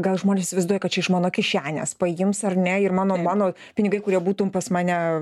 gal žmonės įsivaizduoja kad čia iš mano kišenės paims ar ne ir mano mano pinigai kurie būtų pas mane